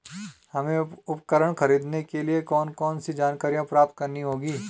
हमें उपकरण खरीदने के लिए कौन कौन सी जानकारियां प्राप्त करनी होगी?